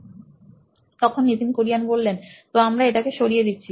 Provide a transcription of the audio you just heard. Nitin Kurian C O O নোইন electronics তো আমরা এইটাকে সরিয়ে দিচ্ছি